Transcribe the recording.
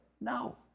No